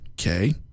okay